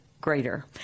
greater